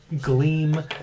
gleam